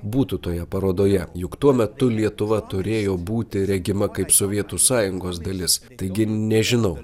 būtų toje parodoje juk tuo metu lietuva turėjo būti regima kaip sovietų sąjungos dalis taigi nežinau